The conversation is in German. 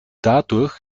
dadurch